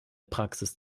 praxis